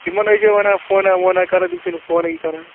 تِمَن ٲسۍ زیو وَنان فونہ وونہ کَرُن تِم چھنہٕ فونٕے کران